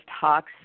talks